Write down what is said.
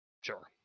Sure